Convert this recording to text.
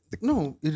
No